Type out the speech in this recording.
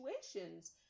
situations